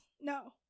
no